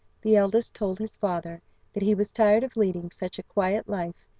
the eldest told his father that he was tired of leading such a quiet life,